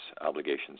obligations